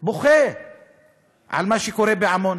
בוכה על מה שקורה בעמונה,